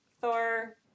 thor